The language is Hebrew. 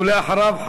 ואחריו,